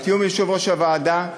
בתיאום עם יושב-ראש הוועדה,